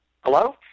Hello